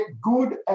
good